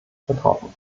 betroffen